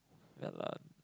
ya lah